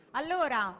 allora